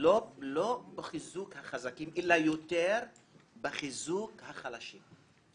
לא בחיזוק החזקים אלא יותר בחיזוק החלשים.